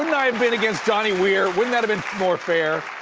and i have been against johnny weir? wouldn't that have been more fair?